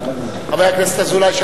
חבר הכנסת אזולאי,